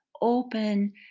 open